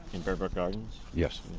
in bear brook gardens? yes.